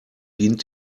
dient